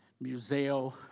Museo